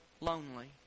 lonely